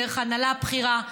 דרך ההנהלה הבכירה,